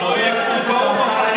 רק תגיד לו שיעלה ברמה,